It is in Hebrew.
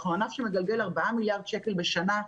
אנחנו ענף שמגלגל 4 מיליארד שקלים בשנה.